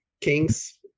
Kings